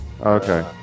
okay